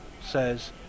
says